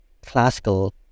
classical